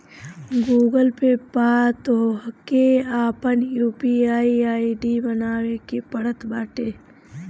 Google Pay पअ तोहके आपन यू.पी.आई आई.डी बनावे के पड़त बाटे